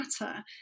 matter